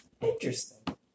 interesting